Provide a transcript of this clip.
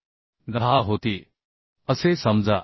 10 होती असे समजा